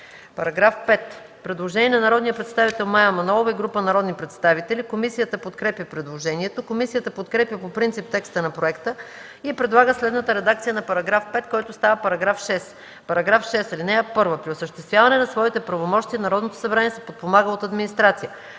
По § 5 има предложение от народния представител Мая Манолова и група народни представители. Комисията подкрепя предложението. Комисията подкрепя по принцип текста на проекта и предлага следната редакция на § 5, който става § 6: „§ 6. (1) При осъществяване на своите правомощия Народното събрание се подпомага от администрация.